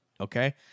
okay